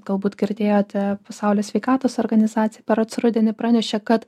galbūt girdėjote pasaulio sveikatos organizacija berods rudenį pranešė kad